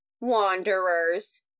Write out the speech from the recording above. Wanderers